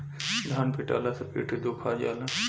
धान पिटाला से पीठ दुखा जाला